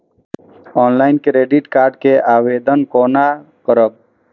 Online credit card के आवेदन कोना करब?